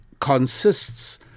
consists